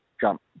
jump